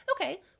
okay